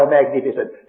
magnificent